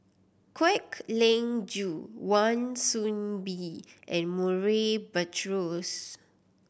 Kwek Leng Joo Wan Soon Bee and Murray Buttrose